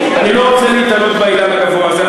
אני לא רוצה להיתלות באילן הגבוה הזה.